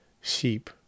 sheep